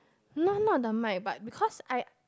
no no they might but because I